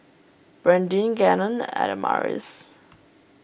Brandyn Gannon and Adamaris